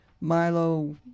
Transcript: milo